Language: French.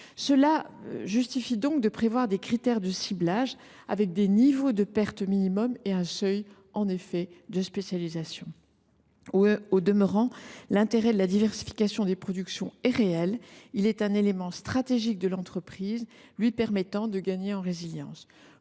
Cela justifie de prévoir des critères de ciblage avec des niveaux de pertes minimums et un seuil de spécialisation. Au demeurant, l’intérêt de la diversification des productions est réel. Il est un élément stratégique de l’entreprise, lui permettant de gagner en résilience.